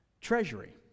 treasury